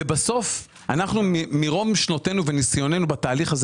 בסוף אנחנו ממרום שנותינו וניסיוננו בתהליך הזה